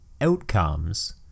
outcomes